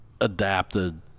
adapted